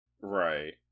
Right